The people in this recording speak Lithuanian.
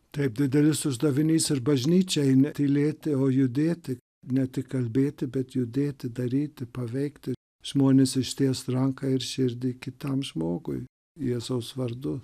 taip didelis uždavinys ir bažnyčiai netylėti o judėti ne tik kalbėti bet judėti daryti paveikti žmones ištiesti ranką ir širdį kitam žmogui jėzaus vardu